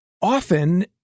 often